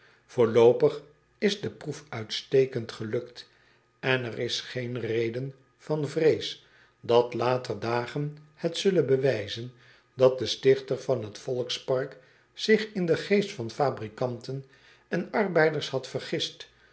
oorloopig is de proef uitstekend gelukt en er is geen reden van vrees dat later dagen het zullen bewijzen dat de stichter van het volkspark zich in den geest van fabrikanten en arbeiders had vergist